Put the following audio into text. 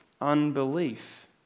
unbelief